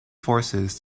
forces